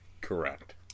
correct